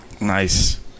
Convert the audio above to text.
Nice